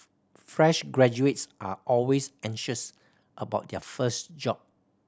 fresh graduates are always anxious about their first job